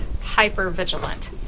hyper-vigilant